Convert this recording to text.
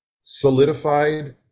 solidified